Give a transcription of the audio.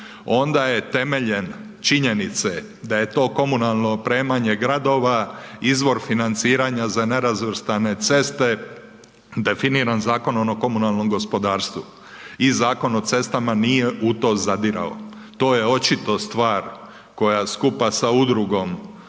onda je temeljem, činjenica je da je to komunalno opremanje gradova izvor financiranja za nerazvrstane ceste definiran Zakonom o komunalnom gospodarstvu i Zakon o cestama nije u to zadirao. To je očito stvar koja skupa sa udrugom